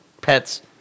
pets